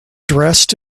dressed